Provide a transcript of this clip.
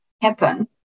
happen